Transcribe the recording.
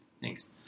Thanks